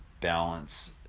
balance